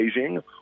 Beijing